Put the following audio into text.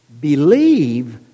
believe